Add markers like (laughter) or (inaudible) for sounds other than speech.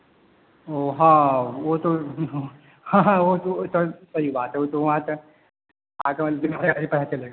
वह हाँ वह तो हाँ हाँ वह तो वह तो सही बात है वह तो वहाँ तक पार्क में (unintelligible) पता चलेगा